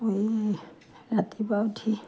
মই ৰাতিপুৱা উঠি